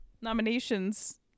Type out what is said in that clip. nominations